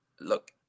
look